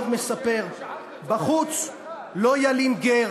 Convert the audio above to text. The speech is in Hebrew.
מספר: "בחוץ לא ילין גר